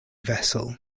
vessel